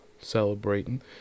celebrating